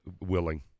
willing